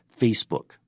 Facebook